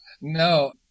No